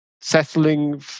settling